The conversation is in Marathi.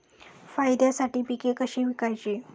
फायद्यासाठी पिके कशी विकायची?